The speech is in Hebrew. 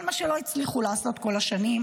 כל מה שלא הצליחו לעשות כל השנים.